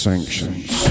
Sanctions